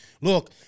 look